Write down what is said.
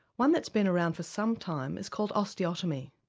one that's been around for some time is called osteotomy.